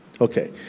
Okay